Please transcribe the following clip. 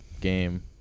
Game